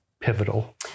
pivotal